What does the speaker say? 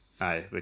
Aye